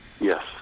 Yes